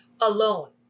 alone